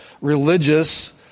religious